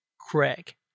Craig